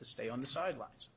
to stay on the sidelines